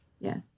Yes